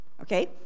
Okay